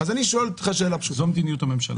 זאת מדיניות הממשלה.